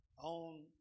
on